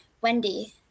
Wendy